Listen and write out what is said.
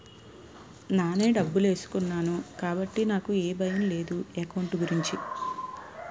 నానే డబ్బులేసుకున్నాను కాబట్టి నాకు ఏ భయం లేదు ఎకౌంట్ గురించి